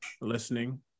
listening